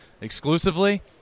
exclusively